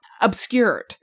obscured